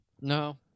No